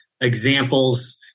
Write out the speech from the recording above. examples